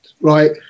right